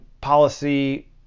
policy